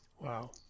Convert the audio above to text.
Wow